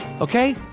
Okay